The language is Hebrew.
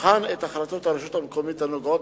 יבחן את החלטות הרשות המקומית הנוגעות